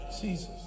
Jesus